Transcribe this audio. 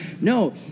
No